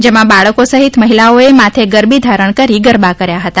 જેમાં બાળકો સહિત મહિલઓએ માથે ગરબી ધારણ કરી ગરબા કર્યા હતા